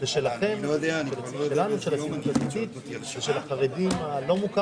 אני גם מאוד רציתי שגפניי יישאר יושב ראש